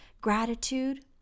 gratitude